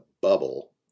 bubble